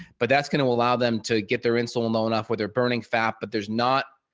but that's going to allow them to get their insulin low enough where they're burning fat, but there's not,